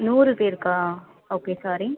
நூறு பேருக்கா okay sorry